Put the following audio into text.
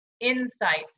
insights